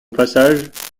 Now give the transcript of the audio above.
passage